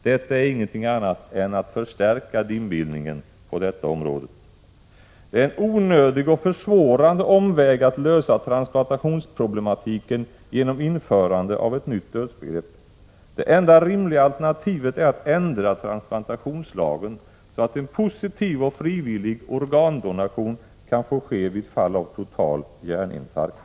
Detta är inget annat än att förstärka dimbildningen på området. Det är en onödig och försvårande omväg att lösa transplantationsproblematiken genom införande av ett nytt dödsbegrepp. Det enda rimliga alternativet är att ändra transplantationslagen så att en positiv och frivillig — Prot. 1986/87:117 organdonation kan få ske vid fall av total hjärninfarkt.